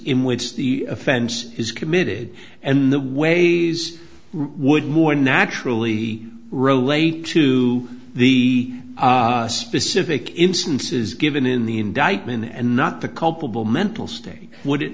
in which the offense was committed and the ways would more naturally relate to the specific instances given in the indictment and not the culpable mental state w